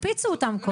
תקפיצו אותם.